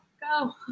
go